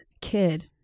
kid